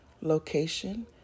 location